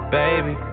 baby